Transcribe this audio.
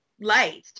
light